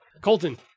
Colton